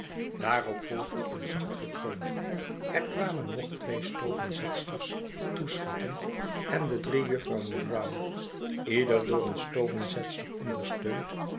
daarop volgde een zacht gekreun er kwamen nog twee stovenzetsters toeschieten en de drie juffrouwen brown ieder door een stovenzetster ondersteund